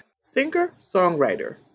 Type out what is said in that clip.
Singer-songwriter